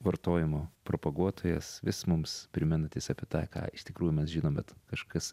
vartojimo propaguotojas vis mums primenantis apie tą ką iš tikrųjų mes žinom bet kažkas